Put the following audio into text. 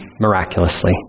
miraculously